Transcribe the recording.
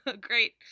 great